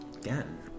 again